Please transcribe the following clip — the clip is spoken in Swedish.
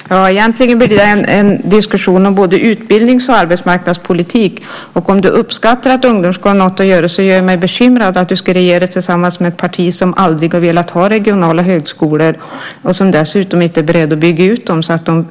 Herr talman! Egentligen blir detta en diskussion om både utbildnings och arbetsmarknadspolitik. Om du uppskattar att ungdomar har något att göra så gör det mig bekymrad att du ska regera tillsammans med ett parti som aldrig har velat ha regionala högskolor och som dessutom inte är berett att bygga ut dem så att de